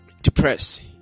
depressed